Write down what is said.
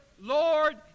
Lord